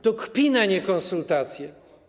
To kpina nie konsultacje.